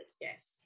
yes